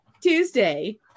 Tuesday